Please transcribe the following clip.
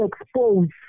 exposed